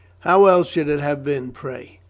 how else should it have been, pray?